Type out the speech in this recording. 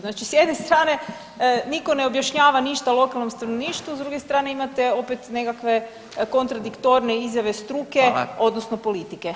Znači s jedne strane nitko ne objašnjava ništa lokalnom stanovništvu, s druge strane imate opet nekakve kontradiktorne izjave struke, odnosno politike.